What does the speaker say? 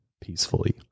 peacefully